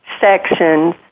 sections